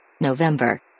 November